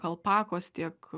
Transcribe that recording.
alpakos tiek